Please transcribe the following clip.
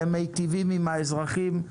והם מיטיבים עם האזרחים.